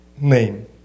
name